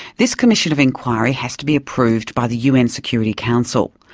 this commission of inquiry has to be approved by the un security council.